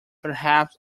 perhaps